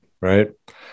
right